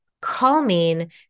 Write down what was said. calming